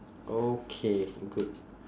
okay good